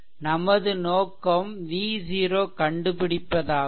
நமது நோக்கம் v 0 கண்டுபிடிப்பதாகும்